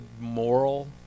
moral